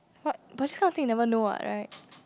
what but this kind of thing you never know what right